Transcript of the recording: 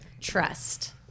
trust